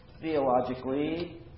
Theologically